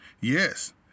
Yes